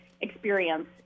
experience